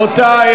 רבותי,